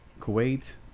Kuwait